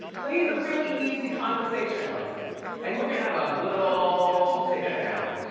so he's a really easy conversationalist and we're gonna have a good ol' sitdown.